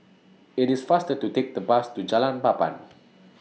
IT IS faster to Take The Bus to Jalan Papan